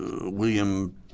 William